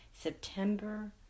September